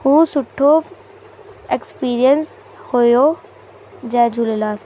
हू सुठो एक्स्पीरियंस हुयो जय झूलेलाल